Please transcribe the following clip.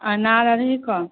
आओर नारँगीके